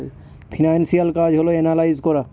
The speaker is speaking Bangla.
ফিনান্সিয়াল কাজ হল এনালাইজ করা